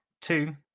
Two